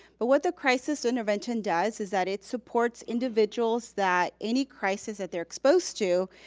but what the crisis intervention does is that it supports individuals that any crisis that they're exposed to,